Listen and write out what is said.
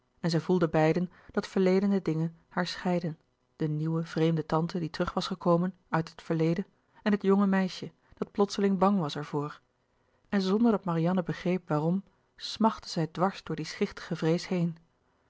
en zij voelden beiden dat verledene dingen haar scheidden de nieuwe vreemde tante die terug was gekomen uit het verleden en het jonge meisje dat plotseling bang was er voor en zonder dat marianne begreep waarom smachtte zij dwars door die schichtige vrees heen